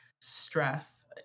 stress